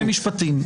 עוד שני משפטים.